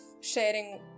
sharing